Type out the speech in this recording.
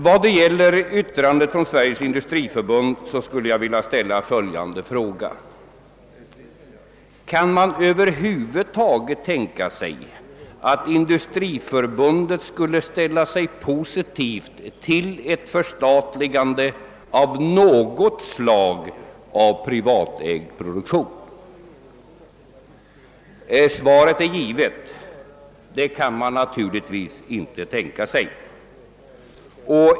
Vad gäller yttrandet från Sveriges industriförbund skulle jag vilja ställa följande fråga: Kan man över huvud taget tänka sig att Industriförbundet skulle ställa sig positivt till ett förstatligande av något slag av privatägd produktion? Svaret är givet — det kan man naturligtvis inte tänka sig.